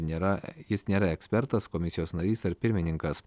nėra jis nėra ekspertas komisijos narys ar pirmininkas